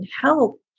help